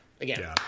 again